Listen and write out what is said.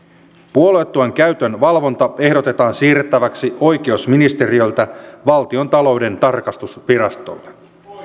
puoluetuen käytön valvonta ehdotetaan siirrettäväksi oikeusministeriöltä valtiontalouden tarkastusvirastolle